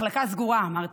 מחלקה סגורה, אמרתי.